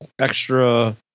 extra